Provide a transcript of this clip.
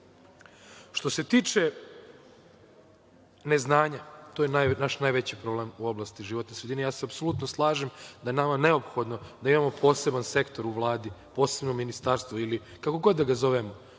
se tiče neznanja, to je naš najveći problem u oblasti životne sredine, i apsolutno se slažem, da je nama neophodno da imamo poseban sektor u Vladi, posebno ministarstvo, ili kako god da ga zovemo,